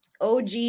OG